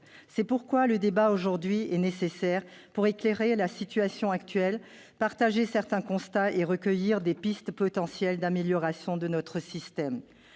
C'est pourquoi le débat d'aujourd'hui est nécessaire pour éclairer la situation actuelle, partager certains constats et identifier des pistes potentielles d'amélioration de notre système.